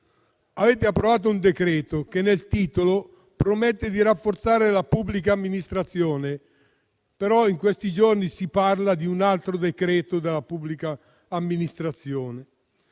Avete approvato un decreto-legge che, nel titolo, promette di rafforzare la pubblica amministrazione, ma in questi giorni si parla di un altro decreto della pubblica amministrazione.